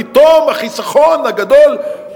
פתאום החיסכון הגדול.